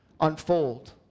unfold